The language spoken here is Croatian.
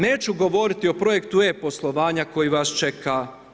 Neću govoriti o projektu e-poslovanja koji vas čeka.